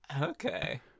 Okay